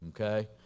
okay